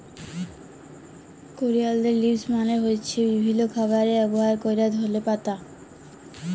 করিয়ালদের লিভস মালে হ্য়চ্ছে বিভিল্য খাবারে ব্যবহার ক্যরা ধলে পাতা